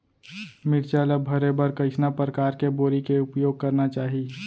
मिरचा ला भरे बर कइसना परकार के बोरी के उपयोग करना चाही?